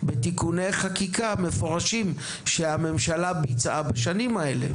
בתיקוני חקיקה מפורשים שהממשלה ביצעה בשנים האלה?